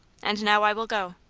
and now i will go.